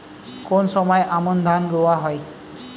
কোন সময় আমন ধান রোয়া হয়?